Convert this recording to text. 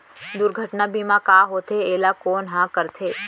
दुर्घटना बीमा का होथे, एला कोन ह करथे?